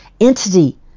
entity